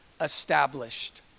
established